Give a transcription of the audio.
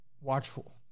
Watchful